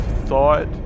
thought